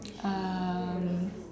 um